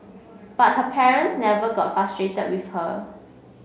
but her parents never got frustrated with her